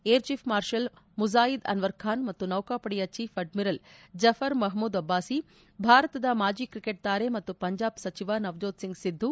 air chief marshal Mujahid Anwar Khan ಮತ್ತು ನೌಕಾಪಡೆಯ chief admiral Zafar Mahmood Abbasi ಭಾರತದ ಮಾಜಿ ಕ್ರಿಕೆಟ್ ತಾರೆ ಮತ್ತು ಪಂಜಾಬ್ ಸಚಿವ ನವಜೋತ್ ಸಿಂಗ್ ಸಿದ್ದು